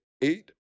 eight